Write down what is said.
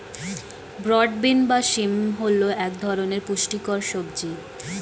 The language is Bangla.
ব্রড বিন বা শিম হল এক ধরনের পুষ্টিকর সবজি